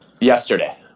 Yesterday